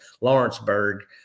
Lawrenceburg